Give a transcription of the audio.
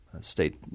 state